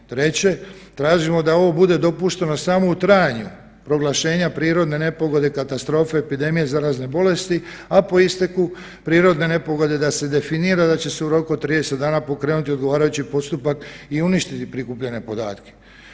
Treće tražimo da ovo bude dopušteno samo u trajanju proglašenja prirodne nepogode, katastrofe, epidemije, zarazne bolesti, a po isteku prirodne nepogode da se definira da će se u roku od 30 dana pokrenuti odgovarajući postupak i uništiti prikupljene podatke.